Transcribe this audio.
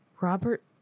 Robert